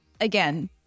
again